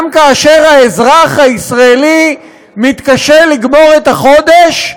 גם כאשר האזרח הישראלי מתקשה לגמור את החודש,